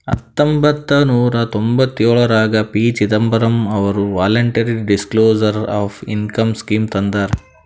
ಹತೊಂಬತ್ತ ನೂರಾ ತೊಂಭತ್ತಯೋಳ್ರಾಗ ಪಿ.ಚಿದಂಬರಂ ಅವರು voluntary disclosure of income scheme ತಂದಾರ